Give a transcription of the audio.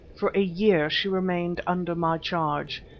for a year she remained under my charge.